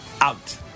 out